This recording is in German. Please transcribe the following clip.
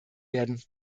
werden